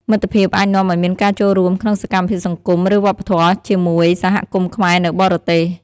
មិត្តភាពអាចនាំឱ្យមានការចូលរួមក្នុងសកម្មភាពសង្គម ឬវប្បធម៌ជាមួយ សហគមន៍ខ្មែរនៅបរទេស ។